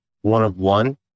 one-of-one